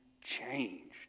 changed